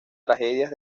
tragedias